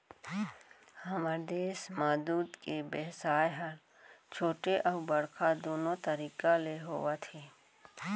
हमर देस म दूद के बेवसाय ह छोटे अउ बड़का दुनो तरीका ले होवत हे